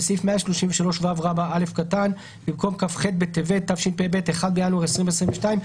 בסעיף 133ו(א) במקום "כ"ח בטבת התשפ"ב (1 בינואר 2022)",